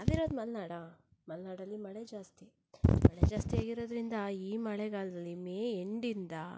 ನಾವಿರೋದು ಮಲೆನಾಡಾ ಮಲೆನಾಡಲ್ಲಿ ಮಳೆ ಜಾಸ್ತಿ ಮಳೆ ಜಾಸ್ತಿಯಾಗಿರೋದ್ರಿಂದ ಈ ಮಳೆಗಾಲದಲ್ಲಿ ಮೇ ಎಂಡಿಂದ